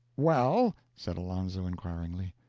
well? said alonzo, inquiringly.